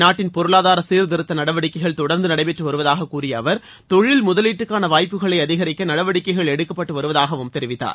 நாட்டின் பொருளாதார சீர்திருத்த நடவடிக்கைகள் தொடர்ந்து நடைபெற்று வருவதாக கூறிய அவர் தொழில் முதலீட்டுக்கான வாய்ப்புகளை அதிகரிக்க நடவடிக்கைகள் எடுக்கப்பட்டு வருவதாகவும் தெரிவித்தார்